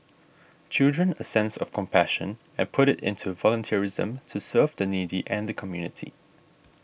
children a sense of compassion and put it into volunteerism to serve the needy and the community